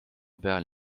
peal